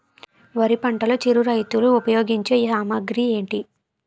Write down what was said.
వరి పంటలో చిరు రైతులు ఉపయోగించే సామాగ్రి ఏంటి?